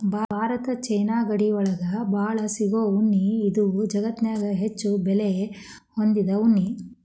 ಭಾರತ ಚೇನಾ ಗಡಿ ಒಳಗ ಬಾಳ ಸಿಗು ಉಣ್ಣಿ ಇದು ಜಗತ್ತನ್ಯಾಗ ಹೆಚ್ಚು ಬೆಲೆ ಹೊಂದಿದ ಉಣ್ಣಿ